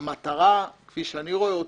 המטרה, כפי שאני רואה אותה,